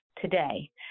today